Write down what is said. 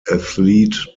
athlete